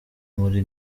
muri